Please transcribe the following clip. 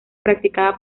practicada